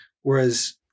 whereas